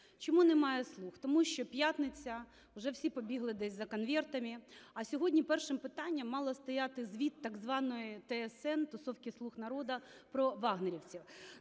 Чому немає "слуг"? Тому що п'ятниця, вже всі побігли десь за "конвертами". А сьогодні першим питанням мало стояти звіт так званої ТСН (тусовки слуг народу) про "вагнерівців".